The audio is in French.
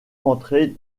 rentré